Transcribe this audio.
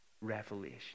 revelation